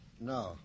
No